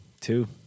Two